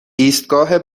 ایستگاه